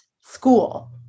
school